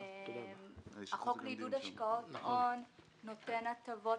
החוק לעידוד השקעות הון נותן הטבות